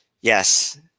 yes